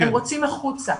הם רוצים החוצה.